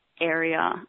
area